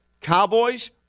Cowboys